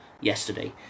yesterday